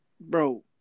bro